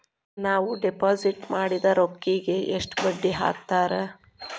ನಾವು ಡಿಪಾಸಿಟ್ ಮಾಡಿದ ರೊಕ್ಕಿಗೆ ಎಷ್ಟು ಬಡ್ಡಿ ಹಾಕ್ತಾರಾ?